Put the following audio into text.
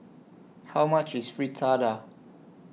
How much IS Fritada